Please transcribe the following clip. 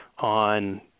on